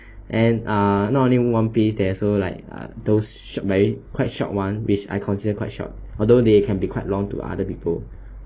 and err not only one piece there's also like like those very quite short [one] which I consider quite short although they can be quite long to other people